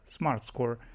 Smartscore